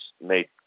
made